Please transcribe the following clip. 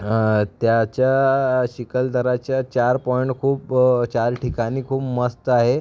त्याच्या चिखलदराच्या चार पॉइंट खूप चार ठिकाणी खूप मस्त आहे